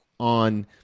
on